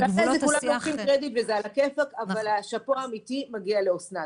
השאפו האמיתי מגיע לאסנת.